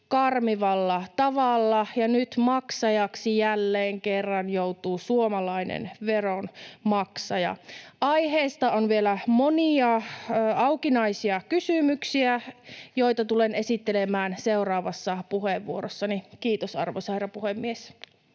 karmivalla tavalla, ja nyt maksajaksi jälleen kerran joutuu suomalainen veronmaksaja. Aiheesta on vielä monia aukinaisia kysymyksiä, joita tulen esittelemään seuraavassa puheenvuorossani. — Kiitos, arvoisa herra puhemies.